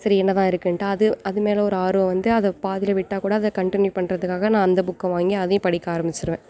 சரி என்ன தான் இருக்குன்ட்டு அது அது மேலே ஒரு ஆர்வம் வந்து அதை பாதியில விட்டால் கூட அதை கன்டினியூ பண்ணுறதுக்காக நான் அந்த புக்கை வாங்கி அதையும் படிக்க ஆரமிச்சிவிடுவேன்